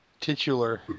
Titular